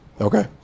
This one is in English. Okay